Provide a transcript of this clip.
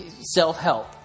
self-help